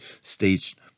staged